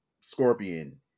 Scorpion